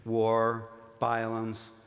war, violence,